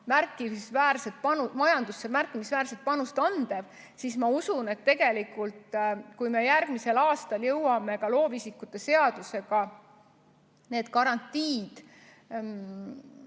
märkimisväärset panust, siis ma usun, et kui me järgmisel aastal jõuame ka loovisikute seadusega need garantiid